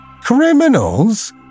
Criminals